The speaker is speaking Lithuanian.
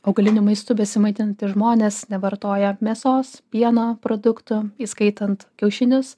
augaliniu maistu besimaitinti žmonės nevartoja mėsos pieno produktų įskaitant kiaušinius